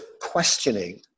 questioning